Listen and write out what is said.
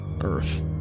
earth